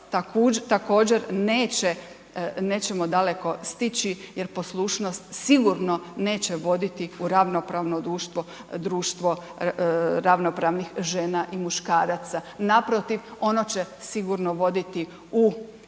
također nećemo daleko stići jer poslušnost sigurno neće voditi u ravnopravno društvo, društvo ravnopravnih žena i muškaraca. Naprotiv, ono će sigurno voditi u